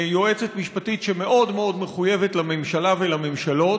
יועצת משפטית שמאוד מאוד מחויבת לממשלה ולממשלות,